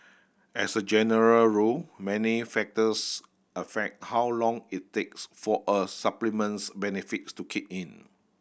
as a general rule many factors affect how long it takes for a supplement's benefits to kick in